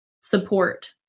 support